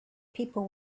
people